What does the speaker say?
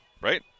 right